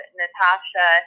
natasha